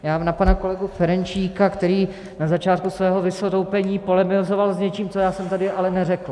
Já na pana kolegu Ferjenčíka, který na začátku svého vystoupení polemizoval s něčím, co já jsem tady ale neřekl.